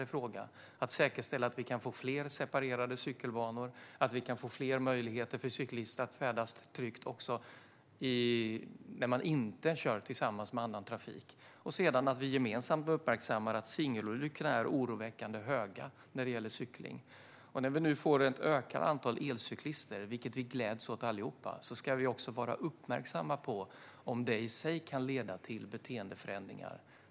Det handlar om att säkerställa att vi kan få fler separerade cykelbanor och fler möjligheter för cyklister att färdas tryggt också där man inte kör tillsammans med annan trafik. Vi måste gemensamt uppmärksamma att singelolyckorna är oroväckande många när det gäller cykling. När vi nu får ett ökat antal elcyklister - vilket vi allihop gläds åt - ska vi vara uppmärksamma på om det i sig kan leda till beteendeförändringar.